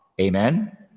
Amen